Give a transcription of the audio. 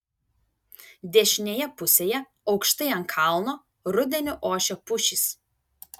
dešinėje pusėje aukštai ant kalno rudeniu ošė pušys